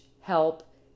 help